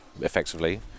Effectively